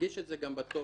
נדגיש את זה גם בטופס,